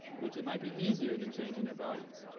which it might be easier than changing their values,